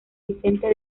vicente